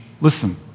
Listen